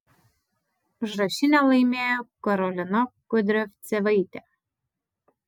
užrašinę laimėjo karolina kudriavcevaitė